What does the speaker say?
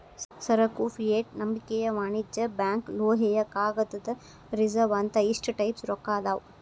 ಸರಕು ಫಿಯೆಟ್ ನಂಬಿಕೆಯ ವಾಣಿಜ್ಯ ಬ್ಯಾಂಕ್ ಲೋಹೇಯ ಕಾಗದದ ರಿಸರ್ವ್ ಅಂತ ಇಷ್ಟ ಟೈಪ್ಸ್ ರೊಕ್ಕಾ ಅದಾವ್